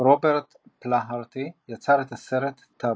רוברט פלאהרטי יצר את הסרט טאבו.